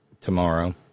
tomorrow